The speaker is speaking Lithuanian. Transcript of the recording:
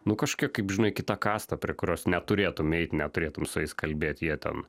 nu kažkokia kaip žinai kita kasta prie kurios neturėtum eiti neturėtum su jais kalbėt jie ten